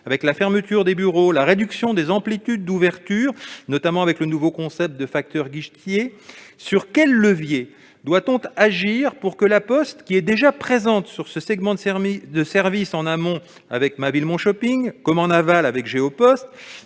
avec la fermeture de ses bureaux, la réduction des amplitudes d'ouverture et le nouveau concept de facteur guichetier. Alors, sur quels leviers doit-on agir pour que La Poste, qui est déjà présente sur ce segment de service, en amont, avec « Ma ville mon shopping », comme en aval, avec GeoPost,